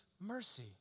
mercy